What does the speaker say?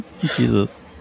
Jesus